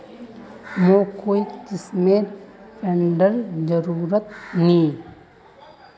मोक कोई किस्मेर फंडेर जरूरत नी